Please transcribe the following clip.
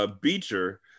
Beecher